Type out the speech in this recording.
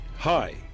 Hi